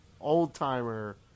old-timer